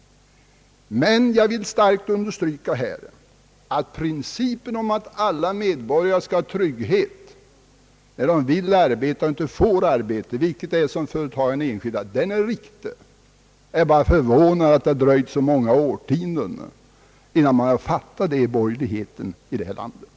Men jag vill starkt understryka att alla medborgare skall ha trygghet när de vill arbeta och inte får, vare sig det gäller företagare eller arbetare. Jag är bara förvånad över att det dröjt så många årtionden innan borgerligheten har insett detta.